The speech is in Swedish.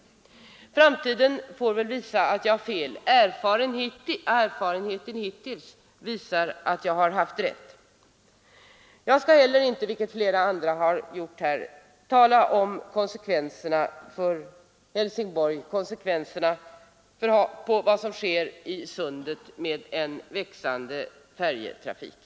Framtiden får väl visa om jag har fel. Erfarenheten hittills visar att jag har haft rätt. Jag skall inte heller — som flera andra har gjort — tala om konsekvenserna för Helsingborg, alltså konsekvenserna av vad som sker i Sundet med en växande färjetrafik.